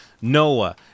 Noah